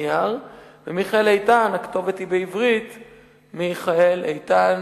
ומיכאל איתן, הכתובת היא בעברית: מיכאל איתן.